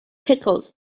pickles